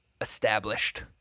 established